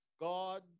God